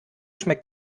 schmeckt